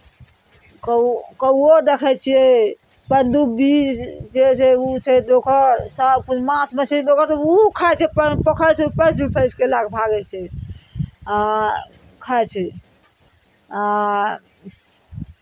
कौ कौओ देखै छियै पनडुब्बी जे छै ओ छै डोकहर सभकिछु माँछ मछली डोकहर तऽ ओहो खाइ छै पानि पोखरिसँ उपछि उपछि कऽ लए कऽ भागै छै आ खाइत छै आ